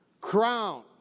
crown